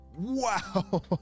Wow